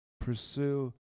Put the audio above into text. pursue